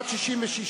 סעיף 1 נתקבל.